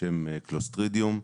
בשם קלוסטרידיום,